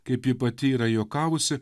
kaip ji pati yra juokavusi